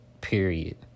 period